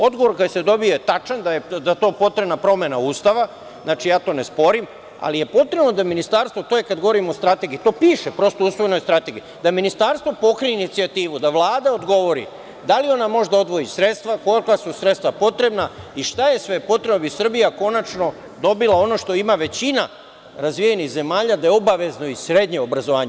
Odgovor koji se dobije je tačan, da je za to potrebna promena Ustava, ja to ne sporim, ali je potrebno da ministarstvo, to je kad govorim o strategiji, to piše prosto, uslovno u strategiji, da ministarstvo pokrene inicijativu, da Vlada odgovori da li ona može da odvoji sredstva, kolika su sredstva potrebna i šta je sve potrebno da bi Srbija konačno dobila ono što ima većina razvijenih zemalja, da je obavezno i srednje obrazovanje.